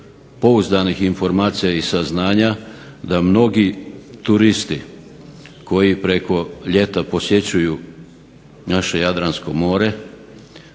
pouzdanih informacija i saznanja da mnogi turisti koji preko ljeta posjećuju naše Jadransko more,